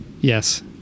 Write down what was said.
Yes